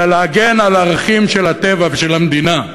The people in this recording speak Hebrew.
אלא להגן על ערכים של הטבע ושל המדינה.